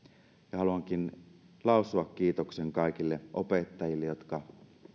ja haluankin lausua kiitoksen kaikille opettajille jotka